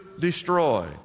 destroy